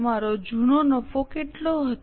તમારો જૂનો નફો કેટલો હતો